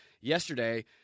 yesterday